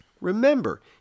remember